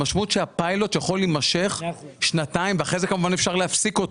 המשמעות שהפיילוט יכול להימשך שנתיים ואחרי זה כמובן אפשר להפסיק אותו.